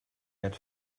had